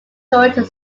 george